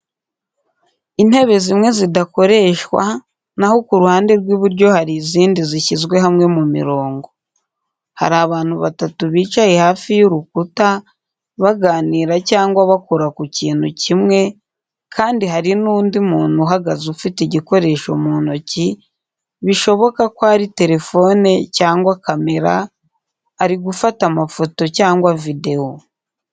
Intebe zimwe zidakoreshwa, na ho ku ruhande rw’iburyo hari izindi zishyizwe hamwe mu mirongo. Hari abantu batatu bicaye hafi y’urukuta, baganira cyangwa bakora ku kintu kimwe, kandi hari undi muntu uhagaze ufite igikoresho mu ntoki, bishoboka ko ari telefone cyangwa kamera, ari gufata amafoto cyangwa videwo.